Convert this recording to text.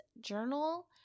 journal